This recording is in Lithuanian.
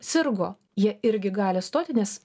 sirgo jie irgi gali stoti nes